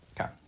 Okay